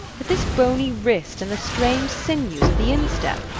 at this bony wrist, and the strained sinews of the instep!